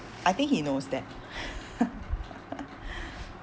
I think he knows that